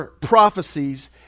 prophecies